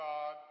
God